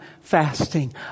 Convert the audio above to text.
fasting